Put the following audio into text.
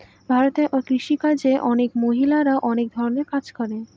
ভারতে কৃষি কাজে অনেক মহিলারা অনেক ধরনের কাজ করে